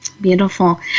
Beautiful